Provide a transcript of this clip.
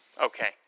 Okay